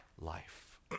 life